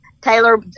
Taylor